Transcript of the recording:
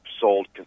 sold